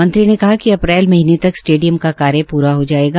मंत्री ने बताया कि अप्रैल महीने तक स्टेडियम का कार्य प्रा हो जायेगा